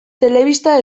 telebista